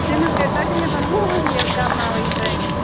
تٔمِس گٔےتقریباً وُہ ؤری کَرناوان یہِ ٹرینِنٛگ